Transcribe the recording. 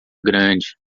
grande